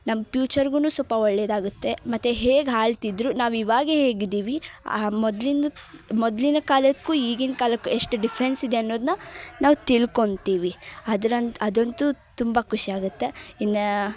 ನಮ್ಮ ಪ್ಯೂಚರರ್ಗೂ ಸೊಲ್ಪ ಒಳ್ಳೆಯದಾಗುತ್ತೆ ಮತ್ತು ಹೇಗೆ ಆಳ್ತಿದ್ರು ನಾವು ಇವಾಗ ಹೇಗೆ ಇದ್ದೀವಿ ಮೊದಲಿಂದು ಮೊದಲಿನ ಕಾಲಕ್ಕು ಈಗಿನ ಕಾಲಕ್ಕು ಎಷ್ಟು ಡಿಫ್ರೆನ್ಸ್ ಇದೆ ಅನ್ನೋದನ್ನ ನಾವು ತಿಳ್ಕೊಂತೀವಿ ಅದ್ರಂ ಅದಂತು ತುಂಬ ಖುಷಿಯಾಗುತ್ತೆ ಇನ್ನ